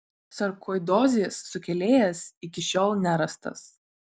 sarkoidozės sukėlėjas iki šiol nerastas